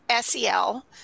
SEL